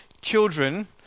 children